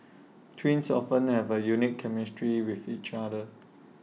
twins often have A unique chemistry with each other